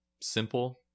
simple